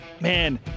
Man